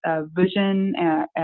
vision